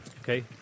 okay